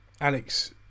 Alex